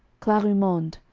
clarimonde.